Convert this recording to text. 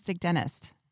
Dentist